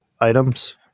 items